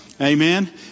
Amen